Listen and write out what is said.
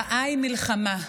רעה היא מלחמה,